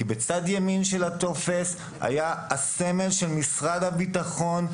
כי בצד ימין של הטופס היה הסמל של משרד הביטחון,